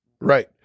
right